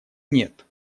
нет